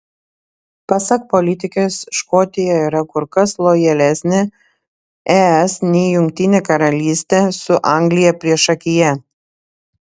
pasak politikės škotija yra kur kas lojalesnė es nei jungtinė karalystė su anglija priešakyje